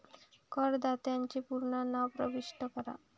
करदात्याचे पूर्ण नाव प्रविष्ट करा